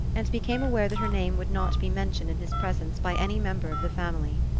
and became aware that her name would not be mentioned in his presence by any member of the family.